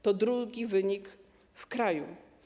To drugi wynik w kraju.